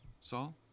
Saul